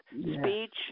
speech